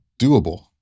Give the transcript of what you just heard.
doable